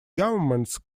governments